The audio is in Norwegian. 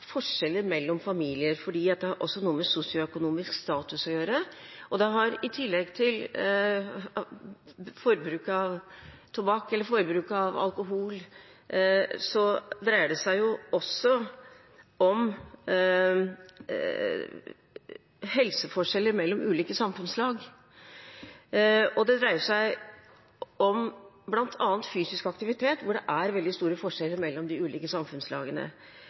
forskjeller mellom familier, for det har noe med sosioøkonomisk status å gjøre. I tillegg til forbruket av tobakk og alkohol dreier det seg også om helseforskjeller mellom ulike samfunnslag. Det dreier seg bl.a. om fysisk aktivitet hvor det er store forskjeller mellom de ulike samfunnslagene.